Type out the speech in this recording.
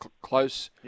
Close